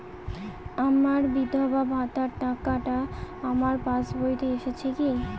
আমার বিধবা ভাতার টাকাটা আমার পাসবইতে এসেছে কি?